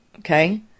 okay